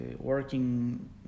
working